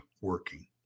working